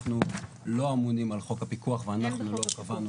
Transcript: אנחנו לא אמונים על חוק הפיקוח ואנחנו לא קבענו.